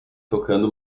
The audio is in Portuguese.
tocando